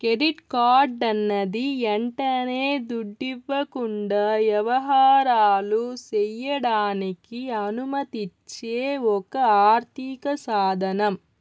credit కార్డన్నది యంటనే దుడ్డివ్వకుండా యవహారాలు సెయ్యడానికి అనుమతిచ్చే ఒక ఆర్థిక సాదనం